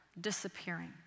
disappearing